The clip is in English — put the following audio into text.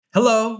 Hello